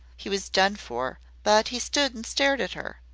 he was done for, but he stood and stared at her.